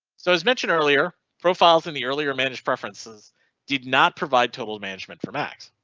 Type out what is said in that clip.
so as mentioned earlier profiles in the earlier managed preferences did not provide total management for max.